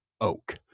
oak